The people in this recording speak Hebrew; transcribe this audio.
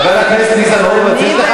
חבר הכנסת ניצן הורוביץ.